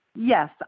yes